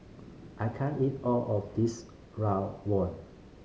I can't eat all of this rawon